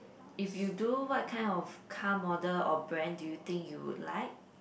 if you do what kind of car model or brand do you think you would like